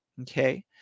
Okay